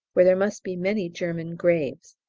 where there must be many german graves,